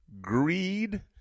greed